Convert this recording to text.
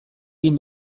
egin